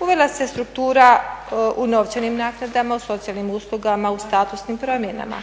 Uvela se struktura u novčanim naknadama, u socijalnim uslugama, u statusnim promjenama.